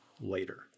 later